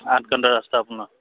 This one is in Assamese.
আঠ ঘণ্টা ৰাস্তা আপোনাৰ